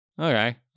okay